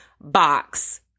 box